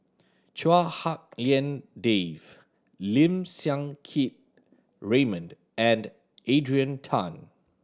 Chua Hak Lien Dave Lim Siang Keat Raymond and Adrian Tan